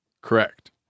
Correct